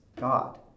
God